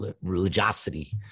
religiosity